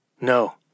No